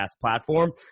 platform